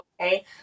okay